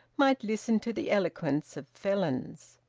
might listen to the eloquence of felons.